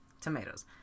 Tomatoes